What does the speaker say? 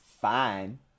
fine